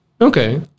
Okay